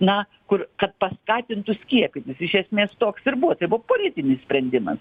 na kur kad paskatintų skiepytis iš esmės toks ir buvo tai buvo politinis sprendimas